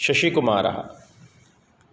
शशिकुमारः